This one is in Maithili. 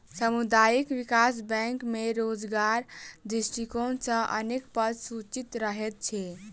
सामुदायिक विकास बैंक मे रोजगारक दृष्टिकोण सॅ अनेक पद सृजित रहैत छै